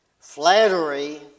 flattery